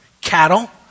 cattle